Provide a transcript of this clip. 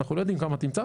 אנחנו לא יודעים כמה תמצא.